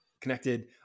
connected